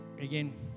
again